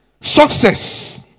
Success